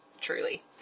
truly